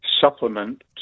supplement